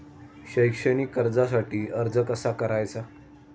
शैक्षणिक कर्जासाठी अर्ज कसा करायचा?